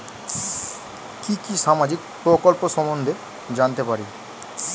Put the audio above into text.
কি কি সামাজিক প্রকল্প সম্বন্ধে জানাতে পারি?